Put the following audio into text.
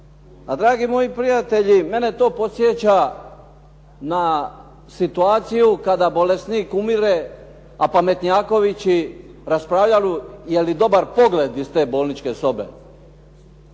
dragi moji prijatelji, mene to podsjeća na situaciju kada bolesnik umire, a pametnjakovići raspravljaju je li dobar pogled iz te bolničke sobe.